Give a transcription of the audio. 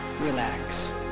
relax